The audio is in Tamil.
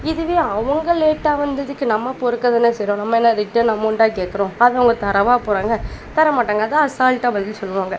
இதுவே அவங்க லேட்டாக வந்ததுக்கு நம்ம பொறுக்க தானே செய்கிறோம் நம்ம என்ன ரிட்டன் அமௌண்ட்டாக கேட்குறோம் அதை அவங்க தரவா போகிறாங்க தர மாட்டாங்கள் அதுதான் அசால்ட்டாக பதில் சொல்லுவாங்கள்